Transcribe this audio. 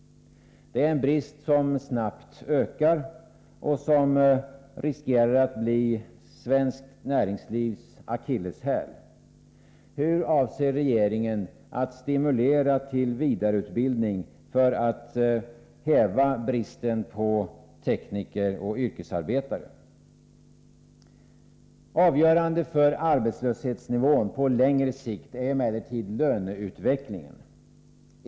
Det är en brist som snabbt ökar och som riskerar att bli svenskt näringslivs akilleshäl. Hur avser regeringen att stimulera till vidareutbildning för att häva bristen på tekniker och yrkesarbetare? Avgörande för arbetslöshetsnivån på längre sikt är emellertid löneutvecklingen.